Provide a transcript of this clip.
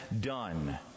done